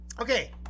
Okay